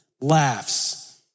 laughs